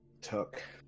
took